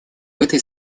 этой